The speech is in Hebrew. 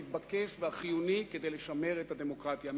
המתבקש והחיוני כדי לשמר את הדמוקרטיה.